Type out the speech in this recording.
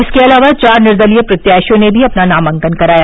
इसके अलावा चार निर्दलीय प्रत्याशियों ने भी अपना नामांकन कराया